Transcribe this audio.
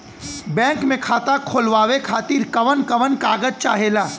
Bank मे खाता खोलवावे खातिर कवन कवन कागज चाहेला?